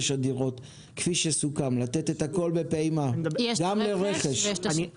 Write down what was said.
הדירות כפי שסוכם לתת הכול בפעימה גם לרכש.